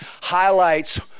highlights